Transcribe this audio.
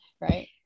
right